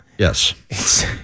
Yes